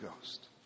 Ghost